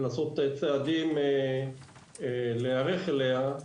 לעשות צעדים להיערך אליה.